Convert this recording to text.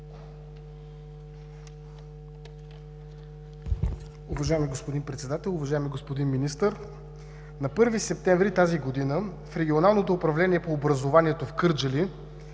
Уважаеми господин Председател, уважаеми господин Министър! На 1 септември тази година в Регионалното управление по образованието в Кърджали